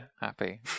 happy